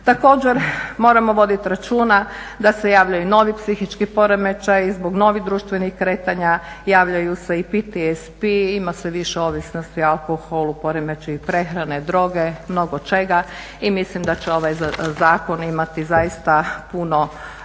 Također, moramo voditi računa da se javljaju novi psihički poremećaji, zbog novih društvenih kretanja javljaju se i PTSP, ima sve više ovisnosti o alkoholu, poremećaju prehrane, droge, mnogočega i mislim da će ovaj zakon imati zaista puno, vrlo često